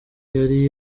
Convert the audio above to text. yari